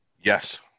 Yes